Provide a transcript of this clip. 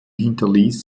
hinterließ